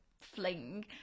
fling